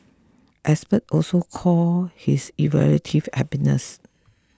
experts also call his evaluative happiness